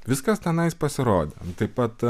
viskas tenais pasirodė nu taip pat